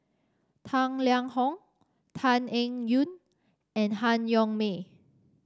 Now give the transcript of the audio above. Tang Liang Hong Tan Eng Yoon and Han Yong May